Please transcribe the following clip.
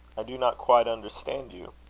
i do not quite understand you.